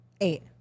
Eight